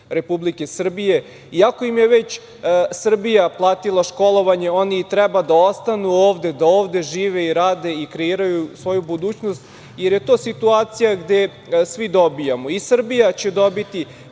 Republike Srbije. Iako im je već Srbija platila školovanje, oni treba da ostanu ovde, da ovde žive i rade i kreiraju svoju budućnost, jer je to situacija gde svi dobijamo. I Srbija će dobiti